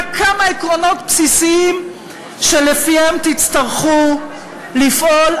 רק כמה עקרונות בסיסיים שלפיהם תצטרכו לפעול.